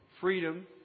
freedom